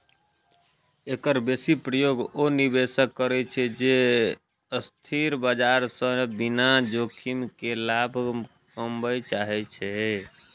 एकर बेसी प्रयोग ओ निवेशक करै छै, जे अस्थिर बाजार सं बिना जोखिम के लाभ कमबय चाहै छै